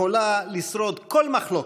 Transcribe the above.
יכולה לשרוד כל מחלוקת.